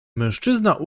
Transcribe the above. mężczyzna